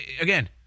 Again